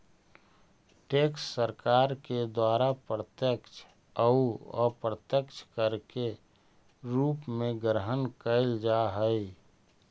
tax सरकार के द्वारा प्रत्यक्ष अउ अप्रत्यक्ष कर के रूप में ग्रहण कैल जा हई